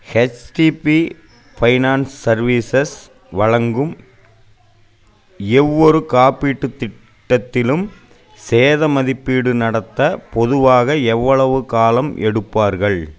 HDB finance services வழங்கும் ஒவ்வொரு காப்பீட்டுத் திட்டத்திலும் சேத மதிப்பீடு நடத்த பொதுவாக எவ்வளவு காலம் எடுப்பார்கள்